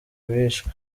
bishwe